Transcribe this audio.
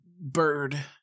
bird